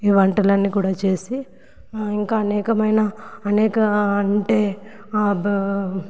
ఈ వంటలన్నీ కూడా చేసి ఇంకా అనేకమైన అనేక అంటే బాగా